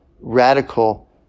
radical